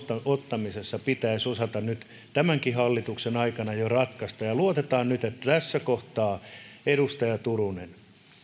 ottamisessa pitäisi osata nyt tämänkin hallituksen aikana jo ratkaista luotetaan nyt että tässä kohtaa edustaja turunen